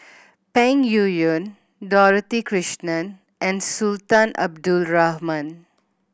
Peng Yuyun Dorothy Krishnan and Sultan Abdul Rahman